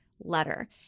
letter